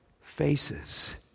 faces